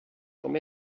com